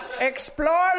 Explore